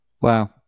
Wow